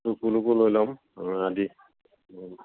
আজি